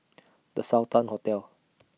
The Sultan Hotel